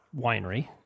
winery